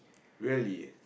really